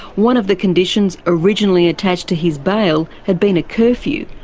one of the conditions originally attached to his bail had been a curfew,